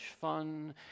fun